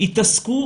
יתעסקו